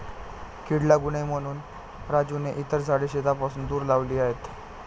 कीड लागू नये म्हणून राजूने इतर झाडे शेतापासून दूर लावली आहेत